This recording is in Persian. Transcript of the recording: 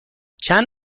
چند